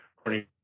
according